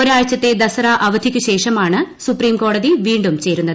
ഒരാഴ്ചത്തെ ദസ്റ്ററ അവധിക്കുശേഷമാണ് സുപ്രീംകോടതി വീണ്ടും ചേരുന്നത്